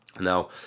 Now